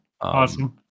Awesome